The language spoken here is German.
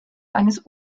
eines